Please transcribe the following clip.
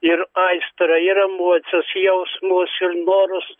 ir aistra ir emocijos jausmus ir norus